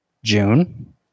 June